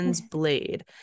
Blade